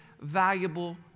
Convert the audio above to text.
valuable